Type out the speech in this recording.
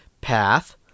Path